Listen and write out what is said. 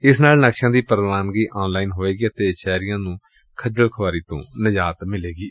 ਇਸ ਨਾਲ ਨਕਸ਼ਿਆਂ ਦੀ ਪ੍ਰਵਾਨਗੀ ਆਨ ਲਾਈਨ ਹੋਵੇਗੀ ਅਤੇ ਸ਼ਹਿਰੀਆਂ ਨੂੰ ਖੱਜਲ ਖੁਆਰੀ ਤੋਂ ਨਿਜਾਤ ਮਿਲੇਗੀ